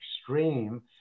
extreme